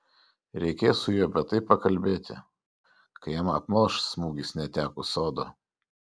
reikės su juo apie tai pakalbėti kai jam apmalš smūgis netekus sodo